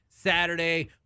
saturday